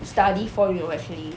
study for you know actually